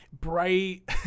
bright